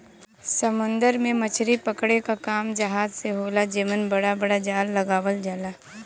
समुंदर में मछरी पकड़े क काम जहाज से होला जेमन बड़ा बड़ा जाल लगावल जाला